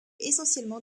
essentiellement